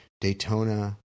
Daytona